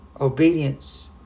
Obedience